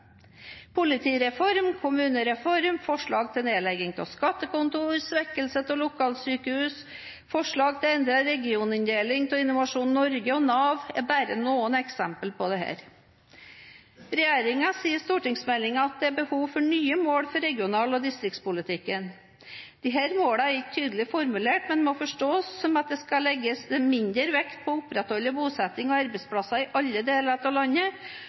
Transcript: Politireform, kommunereform, forslag til nedlegging av skattekontor, svekkelse av lokalsykehus, forslag til endret regioninndeling av Innovasjon Norge og Nav er bare noen eksempler på dette. Regjeringen sier i stortingsmeldingen at det er behov for nye mål for regional- og distriktspolitikken. Disse målene er ikke tydelig formulert, men må forstås som at det skal legges mindre vekt på å opprettholde bosetting og arbeidsplasser i alle deler av landet,